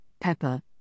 pepper